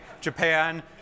Japan